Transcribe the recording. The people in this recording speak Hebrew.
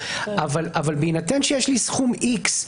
אבל בהינתן שיש לי סכום X,